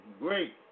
great